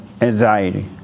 anxiety